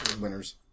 winners